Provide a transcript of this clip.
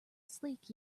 sleek